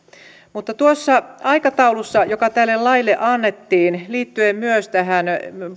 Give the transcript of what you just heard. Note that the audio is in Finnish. mutta katson että tuossa aikataulussa joka tälle laille annettiin liittyen myös tähän